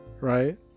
right